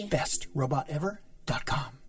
BestRobotEver.com